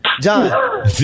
John